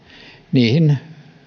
niihin